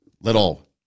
little